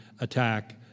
attack